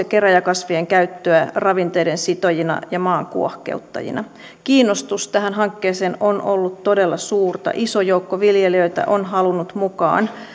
kerääjäkasvien käyttöä ravinteiden sitojina ja maan kuohkeuttajina kiinnostus tähän hankkeeseen on ollut todella suurta iso joukko viljelijöitä on halunnut mukaan